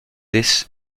this